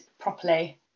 properly